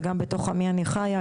וגם בתוך עמי אני חיה,